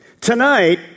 Tonight